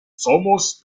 somos